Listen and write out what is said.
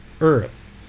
earth